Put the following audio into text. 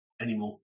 anymore